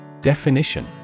Definition